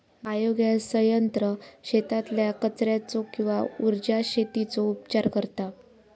biogas संयंत्र शेतातल्या कचर्याचो किंवा उर्जा शेतीचो उपचार करता